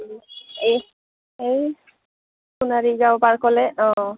এ এহ এই সোণাৰী গাঁও পাৰ্কলৈ অ